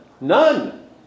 none